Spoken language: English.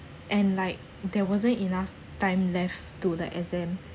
and like there wasn't enough time left to the exam